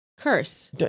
curse